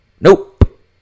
Nope